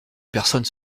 personnes